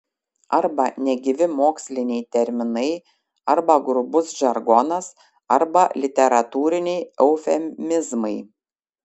arba negyvi moksliniai terminai arba grubus žargonas arba literatūriniai eufemizmai